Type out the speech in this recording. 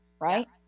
right